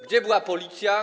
Gdzie była Policja?